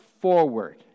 forward